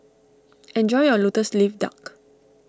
enjoy your Lotus Leaf Duck